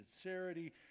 sincerity